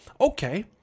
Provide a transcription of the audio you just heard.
Okay